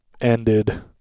ended